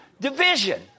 division